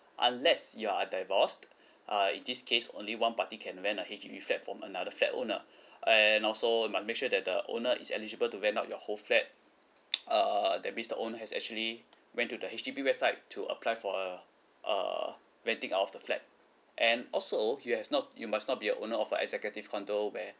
unless you are divorced uh in this case only one party can rent a H_D_B flat from another flat owner and also must make sure that the owner is eligible to rent out your whole flat err that means the owner has actually went to the H_D_B website to apply for a uh renting out of the flat and also you have not you must not be a owner of a executive condo where